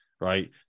right